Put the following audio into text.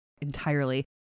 entirely